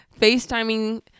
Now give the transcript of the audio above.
FaceTiming